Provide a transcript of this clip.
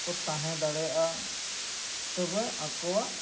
ᱠᱚ ᱛᱟᱦᱮᱸ ᱫᱟᱲᱮᱭᱟᱜᱼᱟ ᱛᱚᱵᱮ ᱟᱠᱚᱣᱟᱜ